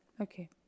okay